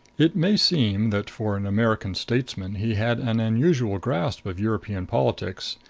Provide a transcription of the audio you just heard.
it may seem that, for an american statesman, he had an unusual grasp of european politics.